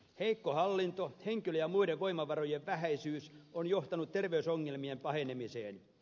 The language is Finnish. heikko hallinto henkilö ja muiden voimavarojen vähäisyys on johtanut terveysongelmien pahenemiseen